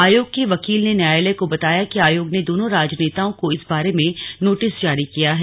आयोग के वकील ने न्यायालय को बताया कि आयोग ने दोनों राजनेताओं को इस बारे में नोटिस जारी किया है